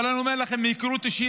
אבל אני אומר לכם מהיכרות אישית,